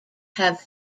have